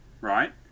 Right